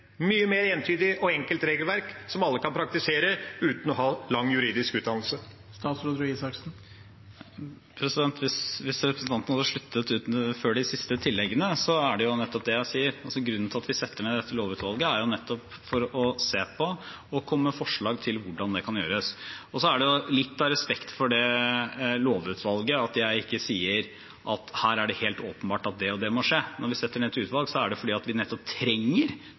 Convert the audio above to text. mye mer entydig og enkelt regelverk som alle kan praktisere uten å ha lang juridisk utdannelse. Hvis representanten hadde sluttet før de siste tilleggene, er det jo nettopp det jeg sier. Grunnen til at vi setter ned dette lovutvalget, er nettopp for å se på og komme med forslag til hvordan det kan gjøres. Det er litt av respekt for det lovutvalget at jeg ikke sier at her er det helt åpenbart at det og det må skje. Når vi setter ned et utvalg, er det fordi vi nettopp trenger